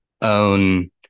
own